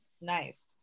nice